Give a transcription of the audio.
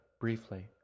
briefly